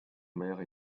mère